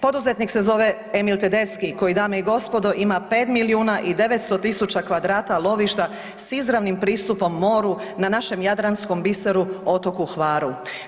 Poduzetnik se zove Emil Tedeschi koji dame i gospodo, ima 5 milijuna i 900 000 m2 lovišta s izravnim pristupu moru na našem jadranskom biseru, otoku Hvaru.